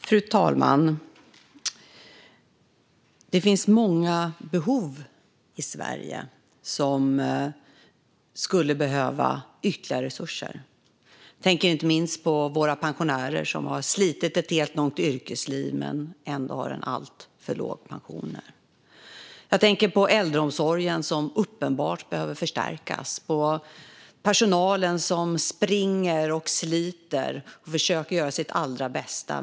Fru talman! Det finns många behov i Sverige för vilka man skulle behöva ytterligare resurser. Jag tänker inte minst på våra pensionärer som har slitit ett helt långt yrkesliv men som ändå har alltför låga pensioner. Jag tänker på äldreomsorgen, som uppenbart behöver förstärkas. Jag tänker på personalen som springer och sliter. Den försöker göra sitt allra bästa.